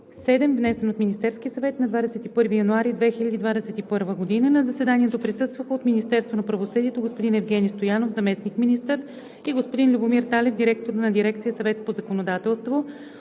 внесен от Министерския съвет на 21 януари 2021 г. На заседанието присъстваха: от Министерството на правосъдието – господин Евгени Стоянов, заместник-министър, и господин Любомир Талев, директор на дирекция „Съвет по законодателство“;